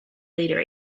leader